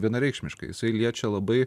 vienareikšmiškai jisai liečia labai